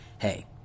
hey